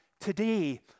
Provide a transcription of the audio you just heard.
today